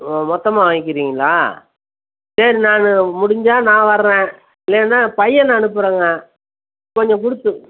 ஓ மொத்தமாக வாங்க்கிறீங்களா சரி நான் முடிஞ்சால் நான் வர்றேன் இல்லைனா பையனை அனுப்புகிறேங்க கொஞ்சம் கொடுத்து